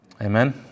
Amen